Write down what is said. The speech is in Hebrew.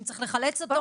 אם צריך לחלץ אותו,